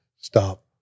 stop